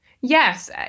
Yes